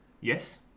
Yes